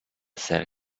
ser